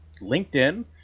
LinkedIn